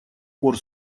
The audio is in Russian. пор